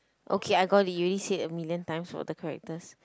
okay I got it you already said a million times for the characters